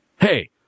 hey